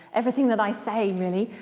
everything that i say really.